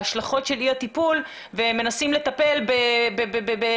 להשלכות של אי הטיפול ומנסים לטפל בכיבוי